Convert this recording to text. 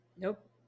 Nope